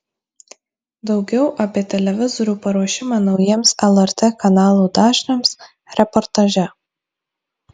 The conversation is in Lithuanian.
daugiau apie televizorių paruošimą naujiems lrt kanalų dažniams reportaže